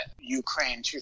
Ukraine